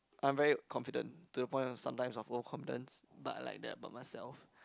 I'm very confident to the point of sometimes of overconfidence but I like that about myself